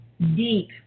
deep